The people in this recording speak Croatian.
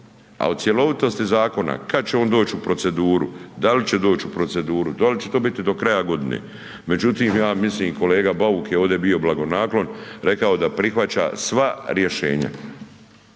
a o cjelovitosti zakona, kad će on doći u proceduru, dal će doći u proceduru, da li će to biti kraja godine, međutim ja mislim kolega Bauk je ovdje bio blagonaklon, rekao da prihvaća sva rješenja.